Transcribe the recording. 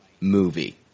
movie